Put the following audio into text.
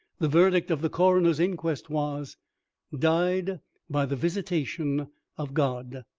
the verdict of the coroner's inquest was died by the visitation of god.